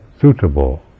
suitable